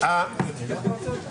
אתה לא נותן לנו לדבר.